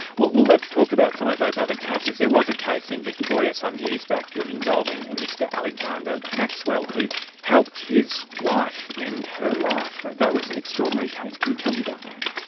well, let's talk about some of those other cases. there was a case in victoria some years back ah involving a mr alexander maxwell, who helped his wife end her life. that was an extraordinary case, can you tell me about that?